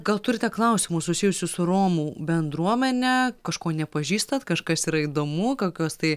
gal turite klausimų susijusių su romų bendruomene kažko nepažįstat kažkas yra įdomu kokios tai